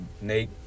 Nate